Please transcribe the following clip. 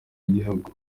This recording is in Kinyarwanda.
y’igihugu